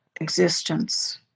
existence